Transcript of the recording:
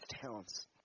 talents